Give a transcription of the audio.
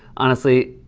honestly,